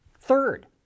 Third